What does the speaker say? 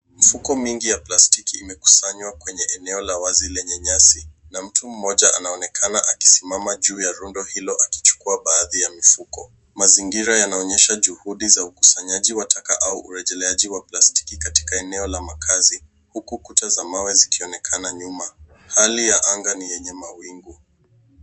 Mifuko mingi ya plastiki imekusanywa kwenye eneo la wazi lenye nyasi na mtu mmoja anaonekana akisimama juu ya rundo hilo akichukua baadhi ya mifuko. Mazingira yanaonyesha juhudi za ukusanyaji wa taka au urejeleaji wa plastiki katika eneo la makazi huku kuta za mawe zikionekana nyuma. Hali ya anga ni yenye mawingu.